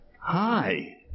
hi